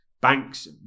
banks